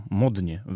modnie